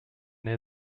near